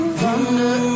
thunder